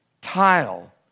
tile